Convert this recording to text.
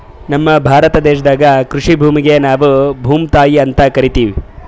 ನಮ್ ಭಾರತ ದೇಶದಾಗ್ ಕೃಷಿ ಭೂಮಿಗ್ ನಾವ್ ಭೂಮ್ತಾಯಿ ಅಂತಾ ಕರಿತಿವ್